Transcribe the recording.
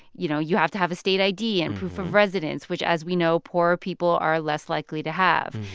you know, you have to have a state i d. and proof of residence, which as we know, poor people are less likely to have.